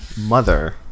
mother